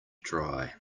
dry